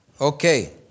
okay